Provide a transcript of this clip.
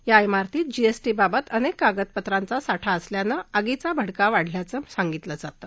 या इमारतीत जीएसटीबाबत अनक्ष कागदपत्रांचा साठा असल्यानं आगीचा भडका वाढल्याचं सांगितलं जातं